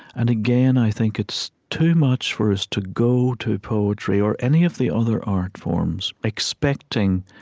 and, again, i think it's too much for us to go to poetry, or any of the other art forms, expecting